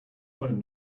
phone